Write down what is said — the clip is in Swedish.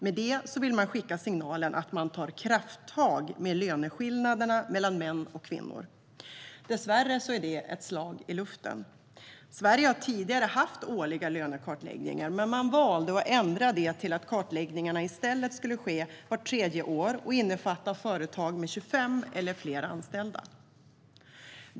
Med det vill man skicka signalen att "man tar krafttag" med löneskillnaderna mellan kvinnor och män. Dessvärre är det ett slag i luften. Sverige har tidigare haft årliga lönekartläggningar, men man valde att ändra det till att kartläggningarna i stället skulle ske vart tredje år och innefatta företag med 25 eller fler anställda.